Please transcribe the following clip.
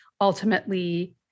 ultimately